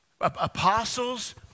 apostles